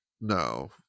No